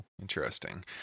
Interesting